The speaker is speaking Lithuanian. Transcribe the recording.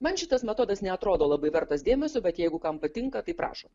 man šitas metodas neatrodo labai vertas dėmesio bet jeigu kam patinka tai prašom